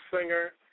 Singer